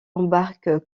embarquent